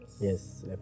Yes